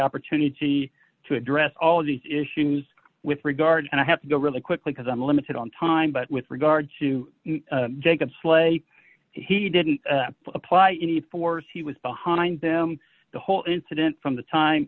opportunity to address all of these issues with regard and i have to go really quickly because i'm limited on time but with regard to jacob slay he didn't apply any force he was behind them the whole incident from the